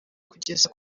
kugeza